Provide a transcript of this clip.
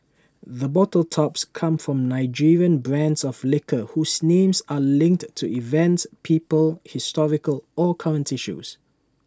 the bottle tops come from Nigerian brands of liquor whose names are linked to events people historical or current issues